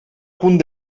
punt